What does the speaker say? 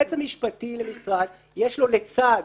היועץ המשפטי למשרד, לצד